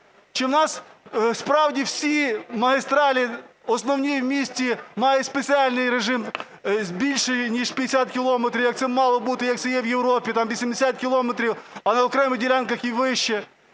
Чи у нас справді всі магістралі основні у місті мають спеціальний режим з більше ніж 50 кілометрів, як це мало бути, як це є в Європі? Там 80 кілометрів, а на окремих ділянках і вище.